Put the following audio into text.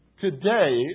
today